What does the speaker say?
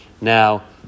Now